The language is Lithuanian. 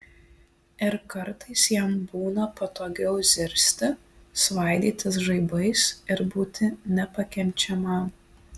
ir kartais jam būna patogiau zirzti svaidytis žaibais ir būti nepakenčiamam